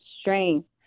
Strength